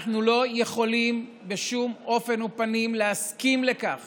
אנחנו לא יכולים בשום אופן ופנים להסכים לכך